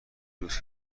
روز